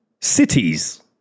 cities